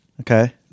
okay